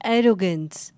Arrogance